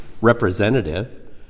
representative